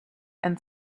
and